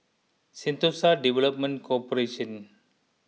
Sentosa Development Corporation